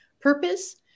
purpose